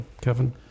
Kevin